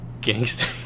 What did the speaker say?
gangster